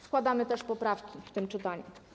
Składamy też poprawki w tym czytaniu.